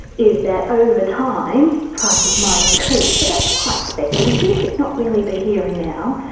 is that over time prices might increase, but that's quite speculative, it's not really the here and now.